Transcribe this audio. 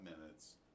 minutes